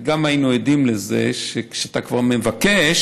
וגם היינו עדים לזה שכשאתה כבר מבקש,